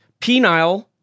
penile